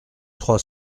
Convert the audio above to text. trois